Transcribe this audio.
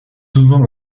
souvent